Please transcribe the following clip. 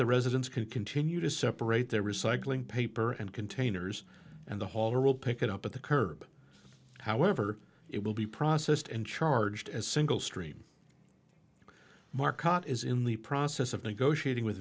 the residents can continue to separate their recycling paper and containers and the halter will pick it up at the curb however it will be processed and charged as single stream market is in the process of negotiating with